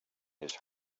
his